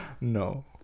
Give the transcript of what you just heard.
No